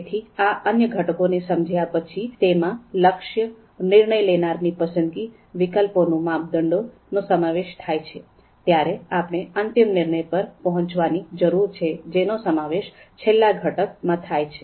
તેથી આ અન્ય ઘટકો ને સમજ્યા પછી તેમાં લક્ષ્ય નિર્ણય લેનારા ની પસંદગી વિકલ્પો અને માપદંડો નો સમાવેશ થાય છે ત્યારે આપણે અંતિમ નિર્ણય પર પહોંચવાની જરૂર છે જેનો સમાવેશ છેલ્લા ઘટક માં થાય છે